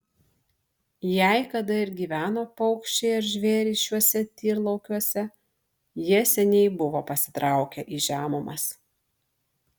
jei kada ir gyveno paukščiai ar žvėrys šiuose tyrlaukiuose jie seniai buvo pasitraukę į žemumas